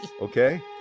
Okay